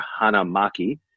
hanamaki